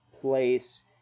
place